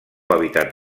hàbitat